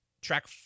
track